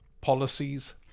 policies